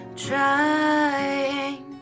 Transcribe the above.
trying